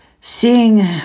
seeing